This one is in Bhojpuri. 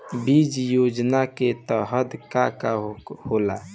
बीज योजना के तहत का का होला?